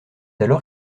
alors